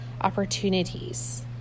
opportunities